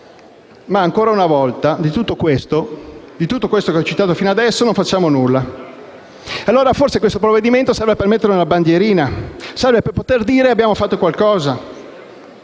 Ma, ancora una volta, di tutto ciò che ho citato fino adesso non facciamo nulla. Allora, forse, questo provvedimento serve per mettere una bandierina e per poter dire che abbiamo fatto qualcosa,